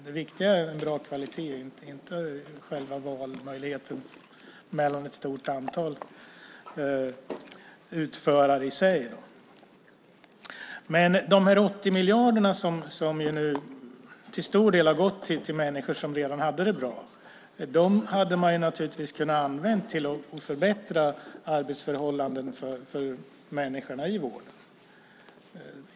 Det viktiga är en bra kvalitet, inte själva valmöjligheten i sig mellan ett stort antal utförare. De 80 miljarderna som till stor del har gått till människor som redan hade det bra hade man kunnat använda till att förbättra arbetsförhållandena för människorna i vården.